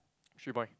three point